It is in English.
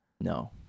no